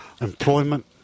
employment